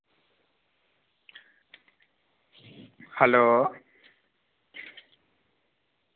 hello